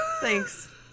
thanks